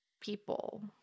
people